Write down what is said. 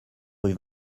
rue